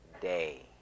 day